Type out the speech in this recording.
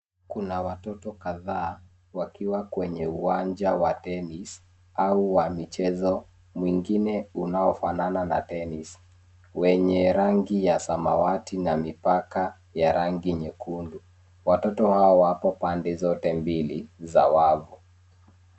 Kuna watoto kadhaa wakiwa kwenye uwanja wa tennis au mchezo mwingine unaofanana na tennis wenye rangi ya samawati na mipaka ya rangi nyekundu. Watoto hao wako pande zote mbili za wavu.